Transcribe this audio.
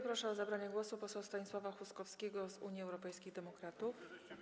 Proszę o zabranie głosu posła Stanisława Huskowskiego z Unii Europejskich Demokratów.